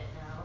now